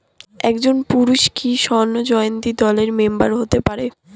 একজন পুরুষ কি স্বর্ণ জয়ন্তী দলের মেম্বার হতে পারে?